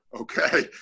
okay